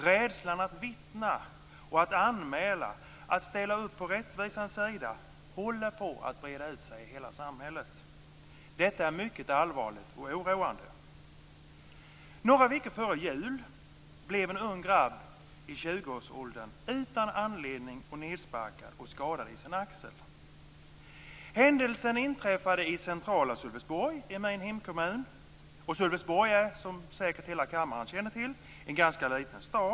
Rädslan att vittna och att anmäla, att ställa upp på rättvisans sida, håller på att breda ut sig i hela samhället. Detta är mycket allvarligt och oroande. Några veckor före jul blev en ung grabb i tjugoårsåldern utan anledning nedsparkad och skadad i sin axel. Händelsen inträffade i centrala Sölvesborg, i min hemkommun. Sölvesborg är som säkert hela kammaren känner till en ganska liten stad.